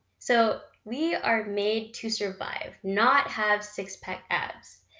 so, we are made to survive, not have six-pack abs.